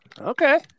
okay